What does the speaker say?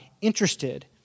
interested